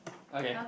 okay